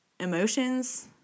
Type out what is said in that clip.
Emotions